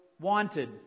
wanted